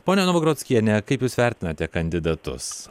pone novagrockiene kaip jūs vertinate kandidatus